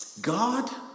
God